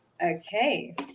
Okay